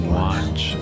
watch